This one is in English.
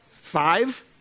Five